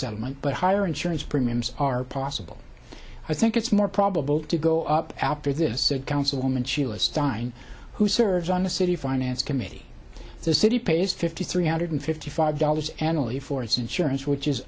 settlement but higher insurance premiums are possible i think it's more probable to go up after this councilwoman sheila stein who serves on the city finance committee the city pays fifty three hundred fifty five dollars annually for its insurance which is